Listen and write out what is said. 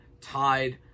tied